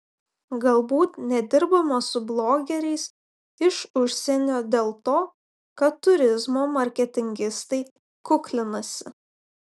galbūt nedirbama su blogeriais iš užsienio dėl to kad turizmo marketingistai kuklinasi